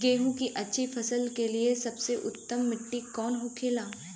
गेहूँ की अच्छी फसल के लिए सबसे उत्तम मिट्टी कौन होखे ला?